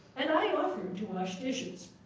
and i offered to wash dishes,